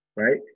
Right